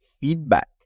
feedback